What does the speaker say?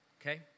Okay